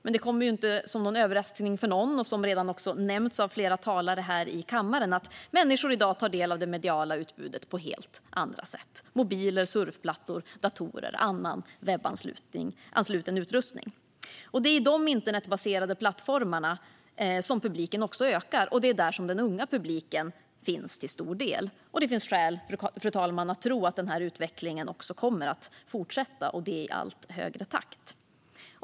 Men det kommer inte som någon överraskning för någon - detta har också redan nämnts av flera talare här i kammaren - att människor i dag tar del av det mediala utbudet på helt andra sätt: via mobiler, surfplattor, datorer och annan webbansluten utrustning. Det är på de internetbaserade plattformarna som publiken ökar, och det är också till stor del där den unga publiken finns. Fru talman! Det finns skäl att tro att den här utvecklingen kommer att fortsätta i allt högre takt.